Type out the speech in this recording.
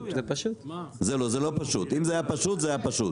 זה פשוט זה לא פשוט, אם זה היה פשוט זה היה פשוט.